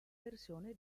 versione